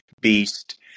beast